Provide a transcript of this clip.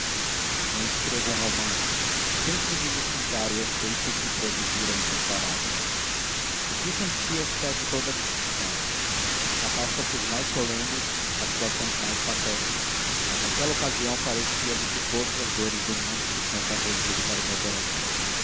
não escrevo um romance dispenso me de lhes pintar o efeito que produziram essas palavras o que senti excede a toda a descrição há catástrofes mais solenes há situações mais patéticas mas naquela ocasião parecia-me que todas as dores do mundo se tinham convergido para meu coração